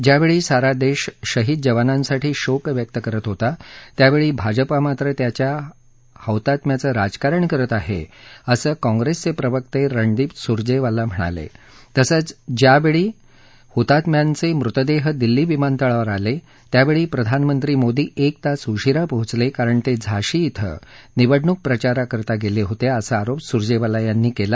ज्यावेळी सारा देश शहीद जवानांसाठी शोक व्यक्त करत होता त्यावेळी भाजपा मात्र त्यांच्या हौतात्म्याचं राजकारण करत आहे असं काँग्रेसचे प्रवक्ते रणदीप सुर्जेवाला म्हणाले तसंच ज्यावेळी हुतात्म्यांचे मृतदेह दिल्ली विमानतळावर आले त्यावेळी प्रधानमंत्री मोदी एक तास उशिरा पोहोचले कारण ते झाशी क्विं निवडणूक प्रचाराकरता गेले होते असा आरोप सुर्जेवाला यांनी केला